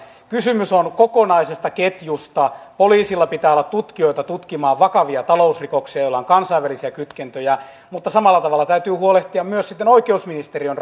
kysymys on kokonaisesta ketjusta poliisilla pitää olla tutkijoita tutkimaan vakavia talousrikoksia joilla on kansainvälisiä kytkentöjä mutta samalla tavalla täytyy huolehtia myös sitten oikeusministeriön